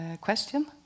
question